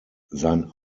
sein